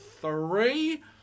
three